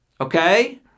Okay